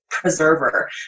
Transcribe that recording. preserver